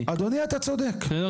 כי יתבעו אותנו.